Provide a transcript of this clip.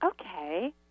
okay